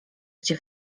gdzie